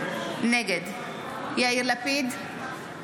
נגד יאיר לפיד,